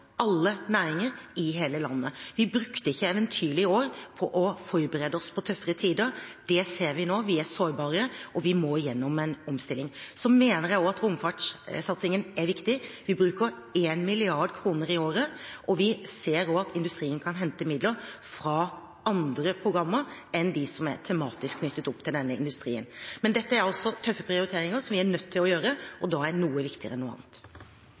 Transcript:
alle næringer i hele landet. Vi brukte ikke eventyrlige år på å forberede oss på tøffere tider, det ser vi nå: Vi er sårbare, og vi må igjennom en omstilling. Så mener jeg at romfartssatsingen er viktig. Vi bruker 1 mrd. kr i året, og vi ser også at industrien kan hente midler fra andre programmer enn dem som er tematisk knyttet opp til denne industrien. Men dette er altså tøffe prioriteringer som vi er nødt til å gjøre, og da er noe viktigere enn noe annet.